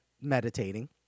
meditating